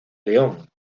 león